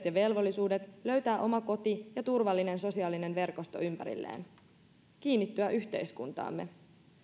ja velvollisuutensa löytää oma koti ja turvallinen sosiaalinen verkosto ympärilleen kiinnittyä yhteiskuntaamme